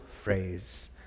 phrase